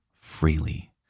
freely